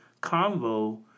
convo